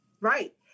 right